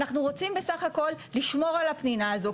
אנחנו רוצים בסך הכל לשמור על הפנינה הזאת.